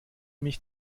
mich